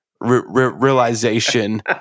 realization